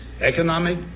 economic